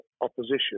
opposition